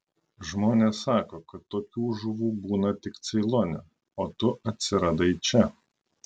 žmonės sako kad tokių žuvų būna tik ceilone o tu atsiradai čia